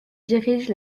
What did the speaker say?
dirige